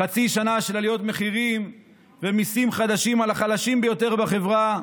חצי שנה של עליות מחירים ומיסים חדשים על החלשים ביותר בחברה,